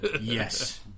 Yes